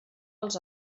els